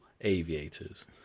aviators